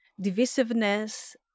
divisiveness